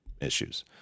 issues